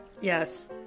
Yes